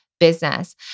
Business